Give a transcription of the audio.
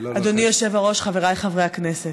אדוני היושב בראש, חבריי חברי הכנסת,